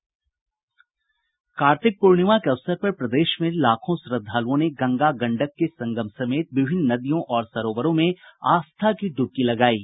कार्तिक पूर्णिमा के अवसर पर प्रदेश में लाखों श्रद्धालुओं ने गंगा गंडक के संगम समेत विभिन्न नदियों और सरोवरों में आस्था की ड्रबकी लगायी